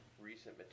recent